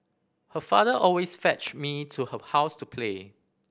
her father always fetched me to her house to play